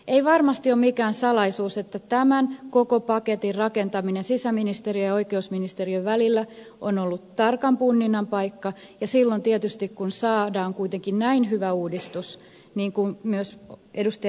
ei varmasti ole mikään salaisuus että tämän koko paketin rakentaminen sisäministeriön ja oikeusministeriön välillä on ollut tarkan punninnan paikka ja silloin tietysti kun saadaan kuitenkin näin hyvä uudistus niin kuin myös ed